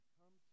come